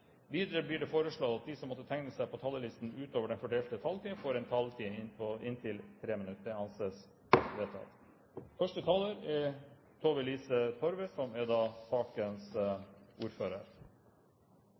Videre blir det foreslått at de som måtte tegne seg på talerlisten utover den fordelte taletid, får en taletid på inntil 3 minutter. – Det anses vedtatt. Vi er